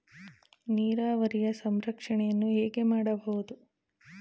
ನೀರಾವರಿಯ ಸಂರಕ್ಷಣೆಯನ್ನು ಹೇಗೆ ಮಾಡಬಹುದು?